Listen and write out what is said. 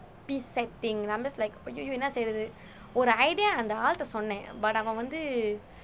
piece setting I'm just like !aiyoyo! என்ன செய்றது ஒரு:enna seyrathu oru idea அந்த ஆளுடே சொன்னேன்:antha aalude sonen but அவன் வந்து:avan vanthu